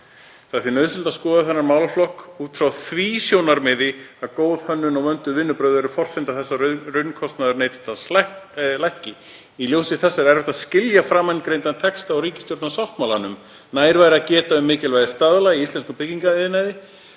Það er því nauðsynlegt að skoða þennan málaflokk út frá því sjónarmiði að góð hönnun og vönduð vinnubrögð eru forsenda þess að raunkostnaður neytandans lækki. Í ljósi þessa er erfitt að skilja framangreindan texta úr ríkisstjórnarsáttmálanum. Nær væri að geta um mikilvægi staðla í íslenskum byggingariðnaði,